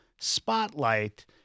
spotlight